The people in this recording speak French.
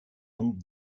donc